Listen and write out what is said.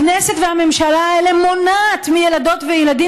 הכנסת והממשלה האלה מונעות מילדות וילדים